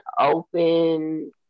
open